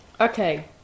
Okay